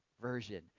version